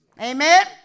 Amen